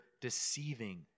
deceiving